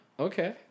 Okay